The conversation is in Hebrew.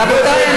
רבותיי,